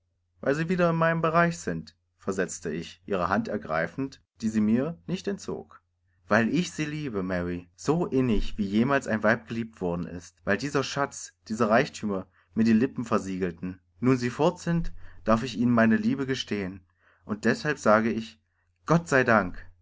weil sie nun wieder für mich erreichbar sind sagte ich und nahm ihre hand sie zog sie nicht zurück weil ich sie liebe mary so sehr wie kaum ein mann eine frau jemals geliebt hat dieses schatz dieser reichtum haben meine lippen versiegelt nun wo alles fort ist kann ich ihnen sagen wie sehr ich sie liebe darum sagte ich gott sei dank